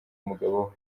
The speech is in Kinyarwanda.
umugabo